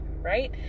right